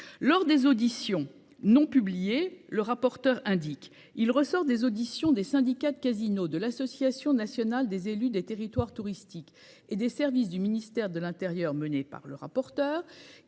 lors des auditions non publié le rapporteur indique. Il ressort des auditions des syndicats de Casino, de l'association nationale des élus des territoires touristiques et des services du ministère de l'Intérieur, mené par le rapporteur